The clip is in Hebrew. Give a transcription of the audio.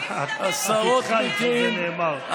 ואם הוא מדבר איתי,